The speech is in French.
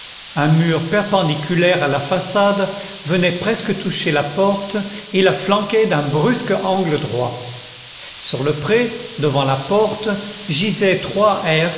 un mur perpendiculaire à la façade venait presque toucher la porte et la flanquait d'un brusque angle droit sur le pré devant la porte gisaient trois